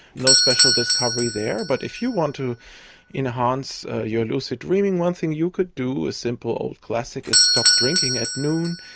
no special discovery there. but if you want to enhance your lucid dreaming, one thing you could do, a simple old classic, is stop drinking at noon,